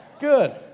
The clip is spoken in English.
good